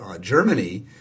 Germany